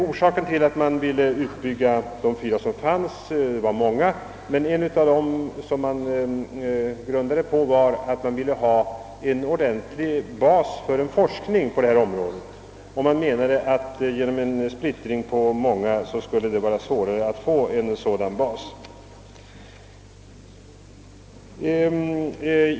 Orsakerna till att man i första hand ville utbygga de redan befintliga socialhögskolorna var många, men framför allt ansågs det vara erforderligt med en ordentlig bas för forskningen på detta område; genom en splittring på fler socialhögskolor skulle det vara svårare att åstadkomma en sådan bas.